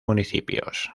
municipios